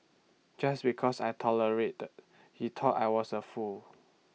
just because I tolerated he thought I was A fool